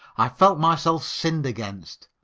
i felt myself sinned against,